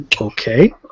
Okay